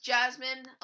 Jasmine